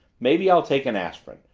maybe i'll take an aspirin.